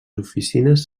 oficines